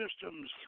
systems